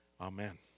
Amen